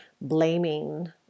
blaming